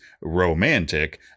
romantic